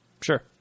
Sure